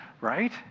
right